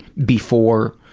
before,